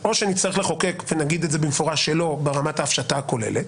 או שנצטרך לחוק ונגיד את זה במפורש שלא ברמת ההפשטה הכוללת.